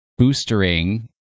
boostering